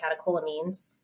catecholamines